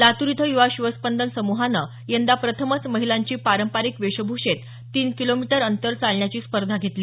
लातूर इथं युवा शिवस्पंदन सम्हानं यंदा प्रथमच महिलांची पारंपारिक वेशभूषेत तीन किलोमीटर अंतर चालण्याची स्पर्धा घेतली